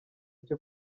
cyo